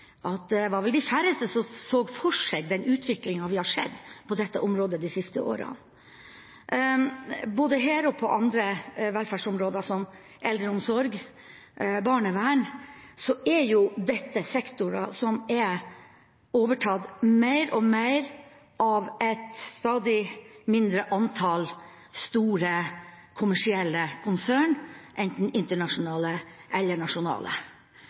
det var vel de færreste som så for seg den utviklingen vi har sett på dette området de siste årene. Både dette og andre velferdsområder, som eldreomsorg og barnevern, er sektorer som er overtatt mer og mer av et stadig mindre antall store kommersielle konsern, enten internasjonale eller nasjonale.